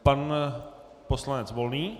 Pan poslanec Volný.